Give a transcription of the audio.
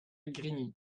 grigny